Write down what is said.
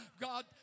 God